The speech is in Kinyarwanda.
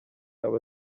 aba